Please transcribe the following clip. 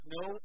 no